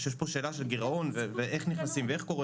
יש פה שאלה של גירעון ואיך נכנסים ואיך קורה